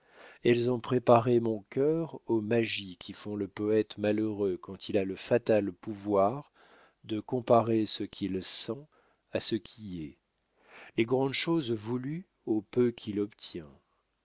elles ont préparé mon cœur aux magies qui font le poète malheureux quand il a le fatal pouvoir de comparer ce qu'il sent à ce qui est les grandes choses voulues au peu qu'il obtient